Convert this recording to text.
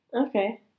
Okay